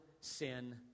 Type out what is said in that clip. sin